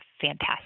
fantastic